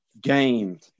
gained